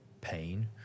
pain